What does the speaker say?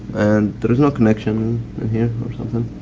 and there's no connection in here or something.